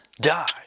die